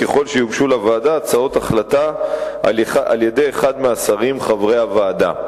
ככל שיוגשו לוועדה הצעות החלטה על-ידי אחד מהשרים חברי הוועדה.